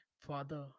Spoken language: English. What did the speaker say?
father